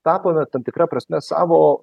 tapome tam tikra prasme savo